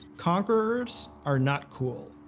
conquerors are not cool.